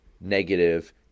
negative